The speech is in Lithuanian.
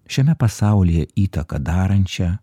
šiame pasaulyje įtaką darančią